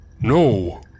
No